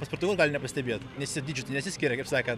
paspirtuko gali nepastebėt nes jie dydžiu tai nesiskiria kaip sakant